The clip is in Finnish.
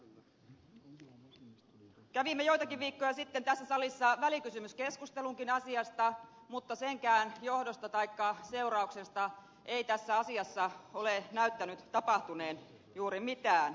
kävimme joitakin viikkoja sitten tässä salissa välikysymyskeskustelunkin asiasta mutta senkään johdosta taikka seurauksesta ei tässä asiassa ole näyttänyt tapahtuneen juuri mitään